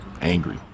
angry